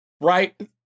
Right